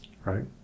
right